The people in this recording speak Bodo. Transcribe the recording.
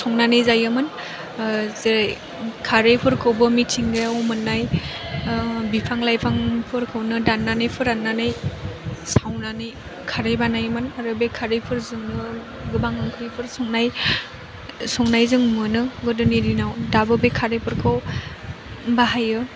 संनानै जायोमोन जेरै खारैफोरखौबो मिथिंगायाव मोन्नाय बिफां लाइफांफोरखौनो दान्नानै फोरान्नानै सावनानै खारै बानायोमोन आरो बे खारैफोरजोंनो गोबां ओंख्रिफोर संनाय संनाय जों मोनो गोदोनि दिनाव दाबो बे खारैफोरखौ बाहायो